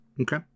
Okay